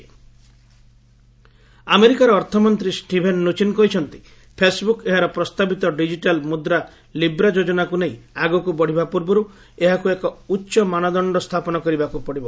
US Facebook ଆମେରିକାର ଅର୍ଥମନ୍ତ୍ରୀ Steven Mnuchin କହିଛନ୍ତି ଫେସ୍ବୁକ୍ ଏହାର ପ୍ରସ୍ତାବିତ ଡିକିଟାଲ୍ ମୁଦ୍ରା ଲିବ୍ରା ଯୋଜନାକୁ ନେଇ ଆଗକୁ ବଢ଼ିବା ପୂର୍ବରୁ ଏହାକୁ ଏକ ଉଚ୍ଚ ମାନଦଣ୍ଡ ସ୍ଥାପନ କରିବାକୁ ପଡ଼ିବ